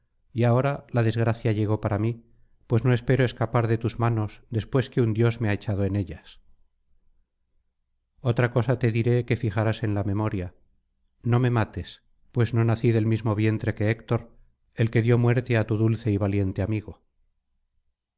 y ahora la desgracia llegó para mí pues no espero escapar de tus manos después que un dios me ha echado en ellas otra cosa te diré que fijarás en la memoria no me mates pues no nací del mismo vientre que héctor el que dio muerte á tu dulce y valiente amigo